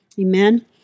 Amen